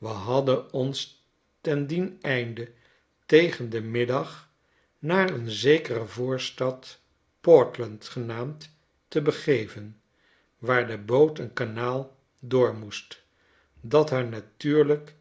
we hadden ons te dien einde tegen den middag naar een zekere voorstad portland genaamd te begeven waar de boot een kanaal door moest dathaar natuurlijk